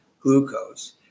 glucose